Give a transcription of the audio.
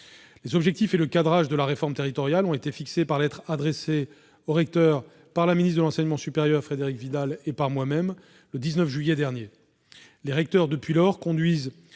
Les objectifs et le cadrage de la réforme territoriale ont été fixés par lettre adressée aux recteurs par la ministre de l'enseignement supérieur Frédérique Vidal et moi-même le 19 juillet dernier. Depuis lors, les recteurs conduisent